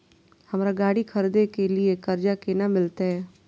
हमरा गाड़ी खरदे के लिए कर्जा केना मिलते?